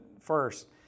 first